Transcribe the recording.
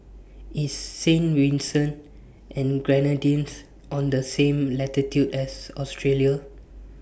IS Saint Vincent and The Grenadines on The same latitude as Australia